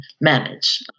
manage